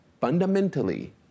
fundamentally